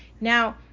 Now